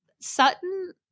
Sutton